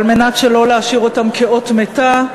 על מנת שלא להשאיר אותן כאות מתה,